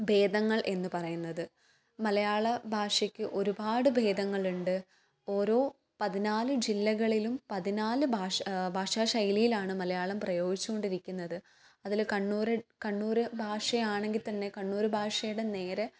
ഭേദങ്ങൾ എന്ന് പറയുന്നത് മലയാളഭാഷക്ക് ഒരുപാട് ഭേദങ്ങളുണ്ട് ഓരോ പതിനാല് ജില്ലകളിലും പതിനാല് ഭാഷ ഭാഷാശൈലിയിലാണ് മലയാളം പ്രയോഗിച്ച് കൊണ്ടിരിക്കുന്നത് അതിൽ കണ്ണൂർ കണ്ണൂർ ഭാഷയാണെങ്കിൽ തന്നെ കണ്ണൂർ ഭാഷയുടെ നേരെ